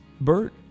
Bert